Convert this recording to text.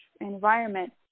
environment